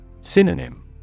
Synonym